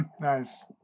nice